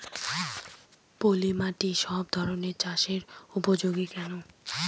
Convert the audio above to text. পলিমাটি সব ধরনের চাষের উপযোগী হয় কেন?